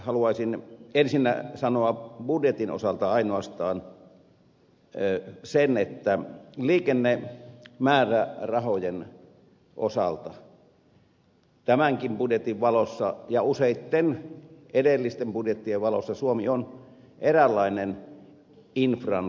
haluaisin ensinnä sanoa budjetin osalta ainoastaan sen että liikennemäärärahojen osalta tämänkin budjetin valossa ja useitten edellisten budjettien valossa suomi on eräänlainen infran kehitysmaa